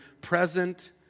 present